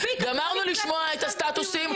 גמרנו לשמוע את הסטטוסים,